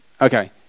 Okay